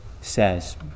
says